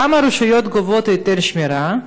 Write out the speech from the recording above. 1. כמה רשויות גובות היטלי שמירה,